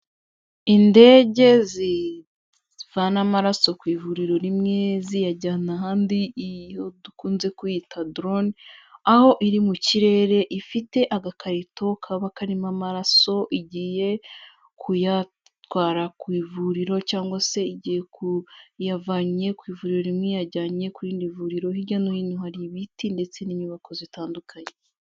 Indege zivana amaraso ku ivuriro rimwe ziyajyana ahandi, iyo dukunze kwita drone, aho iri mu kirere ifite agakarito kaba karimo amaraso, igiye kuyatwara ku ivuriro cyangwa se igiye ku, iyavanye ku ivuriro rimwe iyajyanye ku rindi vuriro, hirya no hino hari ibiti ndetse n'inyubako zitandukanye.